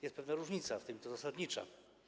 Jest pewna różnica, i to zasadnicza.